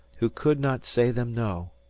who could not say them no.